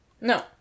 No